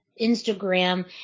instagram